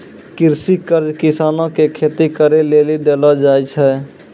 कृषि कर्ज किसानो के खेती करे लेली देलो जाय छै